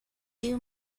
you